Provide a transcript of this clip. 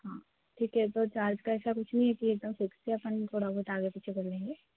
हाँ ठीक है तो चार्ज का ऐसा कुछ नहीं है कि एक दम फिक्स है अपन थोड़ा बहुत आगे पीछे कर लेंगे